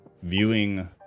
Viewing